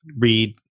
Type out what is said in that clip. read